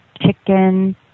chicken